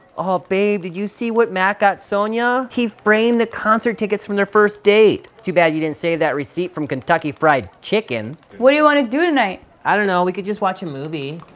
oh babe, did you see what matt got sonya? he framed the concert tickets from their first date! it's too bad you didn't save that receipt from kentucky fried chicken. what do you wanna do tonight? i don't know, we could just watch a movie.